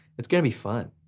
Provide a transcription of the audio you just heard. it's gonna be fun.